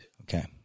Okay